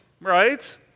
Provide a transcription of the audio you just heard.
right